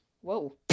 whoa